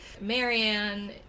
Marianne